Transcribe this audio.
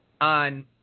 On